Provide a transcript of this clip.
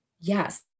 yes